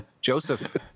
Joseph